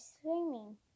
swimming